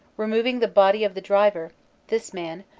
removing the body of the driver this man,